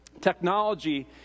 technology